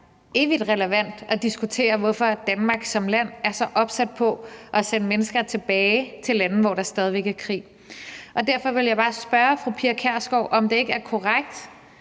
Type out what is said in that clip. evigt relevant at diskutere, hvorfor Danmark som land er så opsat på at sende mennesker tilbage til lande, hvor der stadig væk er krig. Derfor vil jeg bare spørge fru Pia Kjærsgaard, om det ikke er korrekt,